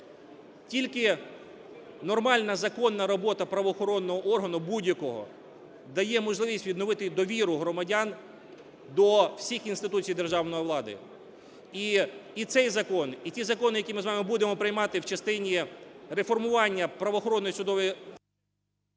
тільки нормальна законна робота правоохоронного органу будь-якого дає можливість відновити довіру громадян до всіх інституцій державної влади. І цей закон, і ті закони, які ми будемо приймати в частині реформування правоохоронної судової…